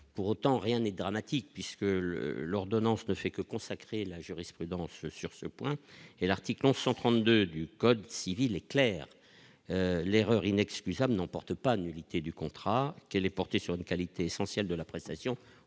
pour autant, rien n'est dramatique puisque l'ordonnance ne fait que consacrer la jurisprudence sur ce point, et l'article 1132 du code civil est clair : l'erreur inexcusable non porte pas nullité du contrat, elle est portée sur une qualité essentielle de la prestation